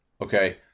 Okay